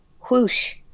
whoosh